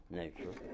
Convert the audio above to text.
nature